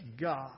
God